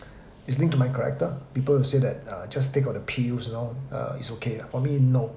is linked to my character people will say that uh just take out the pills you know uh its okay for me no